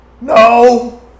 No